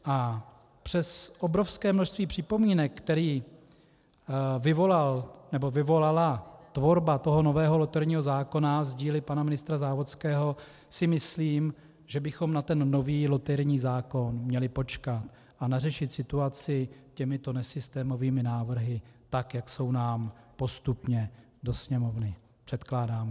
A přes obrovské množství připomínek, které vyvolala tvorba nového loterijního zákona z dílny pana ministra Závodského, si myslím, že bychom na ten nový loterijní zákon měli počkat a neřešit situaci těmito nesystémovými návrhy, tak jak jsou nám postupně do Sněmovny předkládány.